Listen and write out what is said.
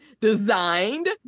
designed